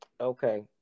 okay